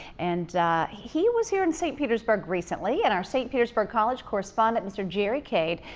and he was here in st. petersburg recently, and our st. petersburg college correspondent, mr. jerry cade,